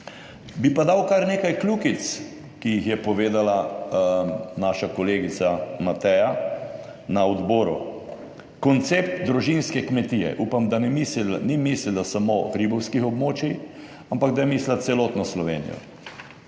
bi pa dal kar nekaj kljukic, ki jih je povedala naša kolegica Mateja na odboru. Koncept družinske kmetije. Upam, da ne misli, ni mislila samo hribovskih območij, ampak da je mislila celotno Slovenijo.